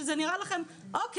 שזה נראה לכם אוקיי,